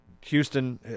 Houston